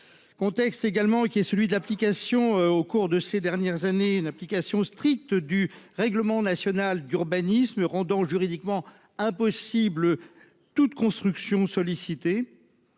Contexte également qui est celui de l'application au cours de ces dernières années une application stricte du règlement national d'urbanisme rendant juridiquement impossible toute construction sollicité.